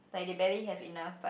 like they barely have enough but